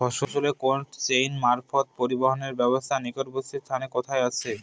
ফসলের cold chain মারফত পরিবহনের ব্যাবস্থা নিকটবর্তী স্থানে কোথায় আছে?